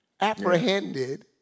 Apprehended